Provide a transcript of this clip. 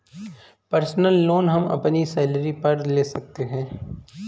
personal loan हम अपनी salary पर ले सकते है